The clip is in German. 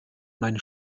mein